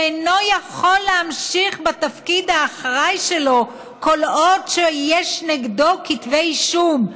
שאינו יכול להמשיך בתפקיד האחראי שלו כל עוד יש נגדו כתבי אישום,